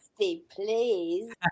please